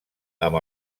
amb